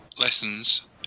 lessons